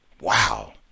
Wow